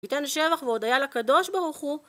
יתן שבח והודיה לקדוש ברוך הוא